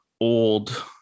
old